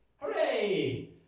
Hooray